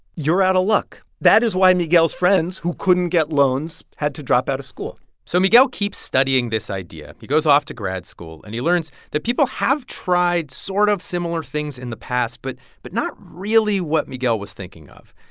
you're out of luck. that is why miguel's friends who couldn't get loans had to drop out of school so miguel keeps studying this idea. he goes off to grad school, and he learns that people have tried sort of similar things in the past but but not really what miguel was thinking of.